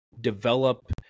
develop